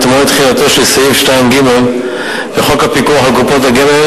מועד תחילתו של סעיף 2ג לחוק הפיקוח על קופות גמל,